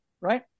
right